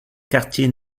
quartiers